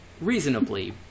reasonably